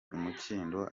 umukindo